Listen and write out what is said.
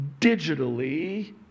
digitally